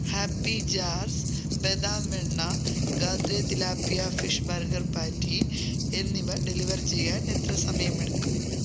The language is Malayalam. ഹാപ്പി ജാർസ് ബദാം വെണ്ണ Gadre tilapia fish burger patty എന്നിവ ഡെലിവർ ചെയ്യാൻ എത്ര സമയമെടുക്കും